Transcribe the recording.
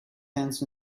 hands